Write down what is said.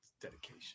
dedication